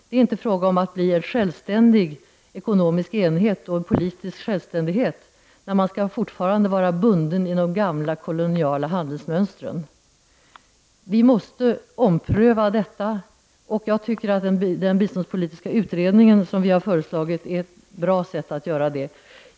Det är inte möjligt för u-länder att bli självständiga ekonomiska enheter och skapa politisk självständighet, när de fortfarande skall vara bundna vid de gamla koloniala handelsmönstren. Vi måste ompröva detta, och jag tycker att biståndspolitiska utredningen, som vi har föreslagit, är bäst skickad att göra det.